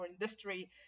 industry